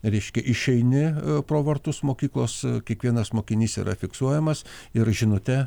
reiškia išeini pro vartus mokyklos kiekvienas mokinys yra fiksuojamas ir žinute